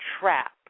trap